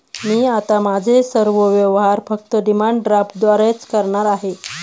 मी आता माझे सर्व व्यवहार फक्त डिमांड ड्राफ्टद्वारेच करणार आहे